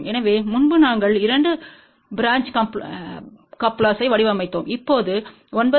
எனவே முன்பு நாங்கள் 2 பிரான்ச் கப்லெர்ஸ்களை வடிவமைத்தோம் இப்போது 9